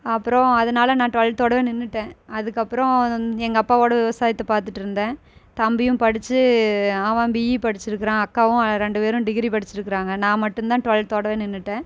அப்புறம் அதனால நான் டுவெல்த்தோடவே நின்றுட்டேன் அதுக்கப்புறம் எங்கள் அப்பாவோட விவசாயத்தை பார்த்துட்டு இருந்தேன் தம்பியும் படிச்சு அவன் பிஇ படிச்சுருக்குறான் அக்காவும் ரெண்டு பேரும் டிகிரி படிச்சுருக்குறாங்க நான் மட்டும் தான் டுவெல்த்தோடவே நின்றுட்டேன்